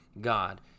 God